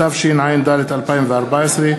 התשע"ד 2014,